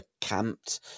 camped